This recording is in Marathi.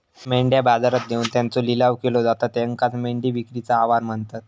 मेंढ्या बाजारात नेऊन त्यांचो लिलाव केलो जाता त्येकाचं मेंढी विक्रीचे आवार म्हणतत